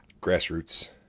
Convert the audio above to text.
grassroots